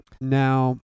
Now